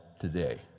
today